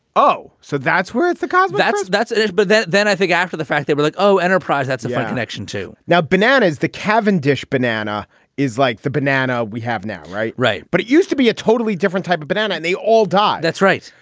oh, so that's worth the cost. that's it. that's it. but then then i think after the fact, they were like, oh, enterprise, that's a fun action, too now, bananas, the cavendish banana is like the banana we have now. right. right. but it used to be a totally different type of banana. and they all died. that's right.